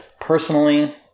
personally